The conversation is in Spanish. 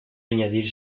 añadir